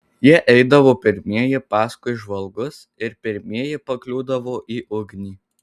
jie eidavo pirmieji paskui žvalgus ir pirmieji pakliūdavo į ugnį